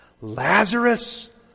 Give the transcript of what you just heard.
Lazarus